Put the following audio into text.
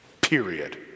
period